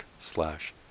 slash